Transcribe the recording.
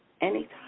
anytime